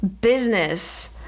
business